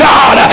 God